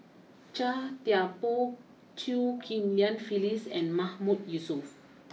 Chia Thye Poh Chew Ghim Lian Phyllis and Mahmood Yusof